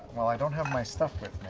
well, i don't have my stuff with